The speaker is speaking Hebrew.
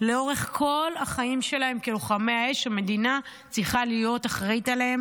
לאורך כל החיים שלהם כלוחמי האש המדינה צריכה להיות אחראית עליהם.